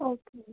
okay